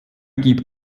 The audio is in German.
gibt